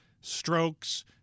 strokes